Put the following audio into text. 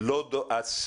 אדוני,